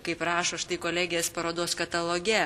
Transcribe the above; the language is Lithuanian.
kaip rašo štai kolegės parodos kataloge